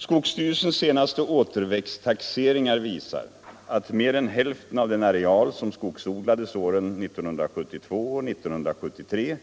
Skogsstyrelsens senaste återväxttaxeringar visar att mer än hälften av den areal som skogsodlades åren 1972 och 1973